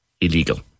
illegal